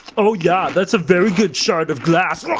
oh yeah, that's a very good shard of glass.